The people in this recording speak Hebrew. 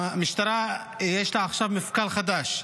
למשטרה יש עכשיו מפכ"ל חדש,